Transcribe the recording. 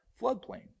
floodplain